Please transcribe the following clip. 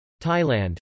Thailand